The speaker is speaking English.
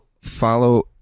follow